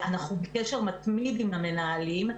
אנחנו בקשר מתמיד עם המנהלים,